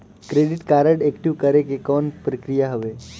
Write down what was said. Credit card active करे के कौन प्रक्रिया हवे?